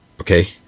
okay